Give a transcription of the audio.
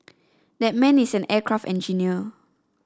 that man is an aircraft engineer